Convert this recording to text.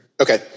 Okay